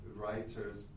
writers